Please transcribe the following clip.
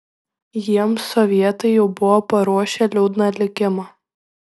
jiems sovietai jau buvo paruošę liūdną likimą